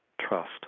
trust